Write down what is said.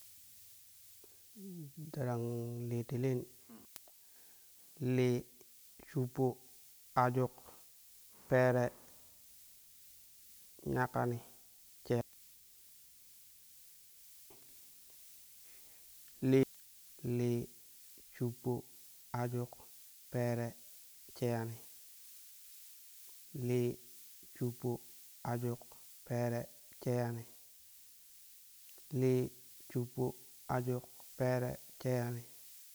Darang litinin, lii, shhelppo, ajuk, peere, nyakkani, she, li, lii shuppu, ajuk, peere, sheyani, lii, shuppo, ajuk, peere, sheyani, lii, shuppo ajuj peere, sheyani.